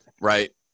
right